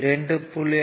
2